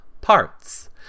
parts